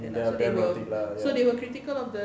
they're pragmatic lah ya ya